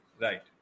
Right